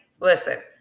listen